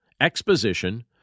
exposition